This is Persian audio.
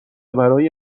برای